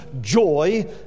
joy